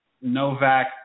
Novak